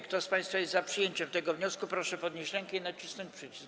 Kto z państwa jest za przyjęciem tego wniosku, proszę podnieść rękę i nacisnąć przycisk.